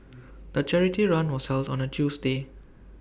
the charity run was held on A Tuesday